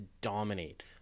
dominate